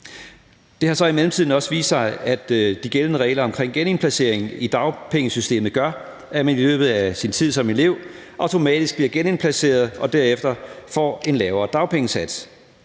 Det har så i mellemtiden også vist sig, at de gældende regler omkring en genindplacering i dagpengesystemet gør, at man i løbet af sin tid som elev automatisk bliver genindplaceret og derefter får en lavere dagpengesats.